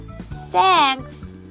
Thanks